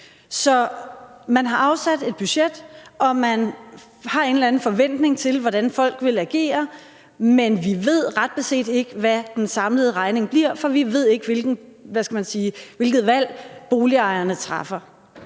Så man har lavet et budget, og man har en eller anden forventning om, hvordan vil folk vil agere, men vi ved ret beset ikke, hvad den samlede regning bliver, for vi ved ikke, hvilket valg boligejerne træffer.